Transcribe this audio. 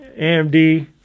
AMD